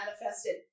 manifested